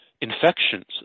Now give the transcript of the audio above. infections